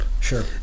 Sure